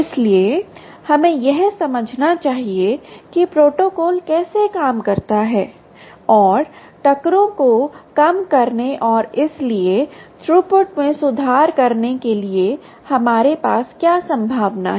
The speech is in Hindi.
इसलिए हमें यह समझना चाहिए कि प्रोटोकॉल कैसे काम करता है और टक्करों को कम करने और इसलिए थ्रूपुट में सुधार करने के लिए हमारे पास क्या संभावना है